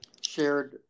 shared